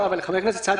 חבר הכנסת סעדי,